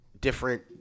different